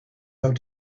how